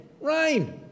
rain